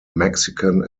mexican